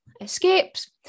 escapes